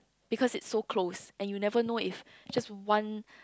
because it's so close and you never know if just one